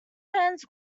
ferns